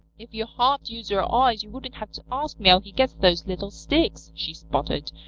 if you half used your eyes you wouldn't have to ask me how he gets those little sticks, she sputtered.